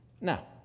Now